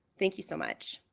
thank you so much.